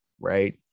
right